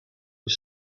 was